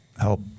help